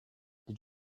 did